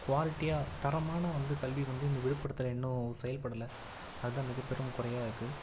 குவாலிட்டியா தரமான வந்து கல்வி வந்து இந்த விழுப்புரத்தில் இன்னும் செயல்படல அது தான் மிகப்பெரும் குறையாருக்கு